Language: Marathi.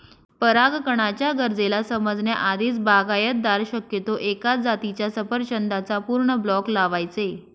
परागकणाच्या गरजेला समजण्या आधीच, बागायतदार शक्यतो एकाच जातीच्या सफरचंदाचा पूर्ण ब्लॉक लावायचे